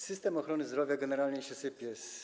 System ochrony zdrowia generalnie się sypie.